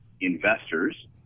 investors